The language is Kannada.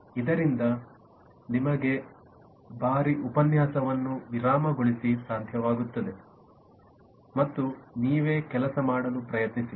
ಇದರಿಂದ ನಿಮಗೆ ಬಾರಿ ಉಪನ್ಯಾಸವನ್ನು ವಿರಾಮಗೊಳಿಸಿ ಸಾಧ್ಯವಾಗುತ್ತದೆ ಮತ್ತು ನೀವೇ ಕೆಲಸ ಮಾಡಲು ಪ್ರಯತ್ನಿಸಿ